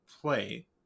play